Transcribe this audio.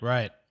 Right